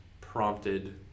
prompted